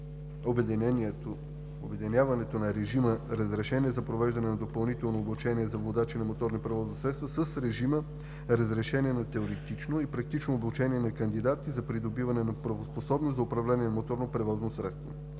обединяването на режима „Разрешение за провеждане на допълнително обучение за водачи на моторни превозни средства“ с режима „Разрешение на теоретично и практично обучение на кандидати за придобиване на правоспособност за управление на моторно превозно средство“.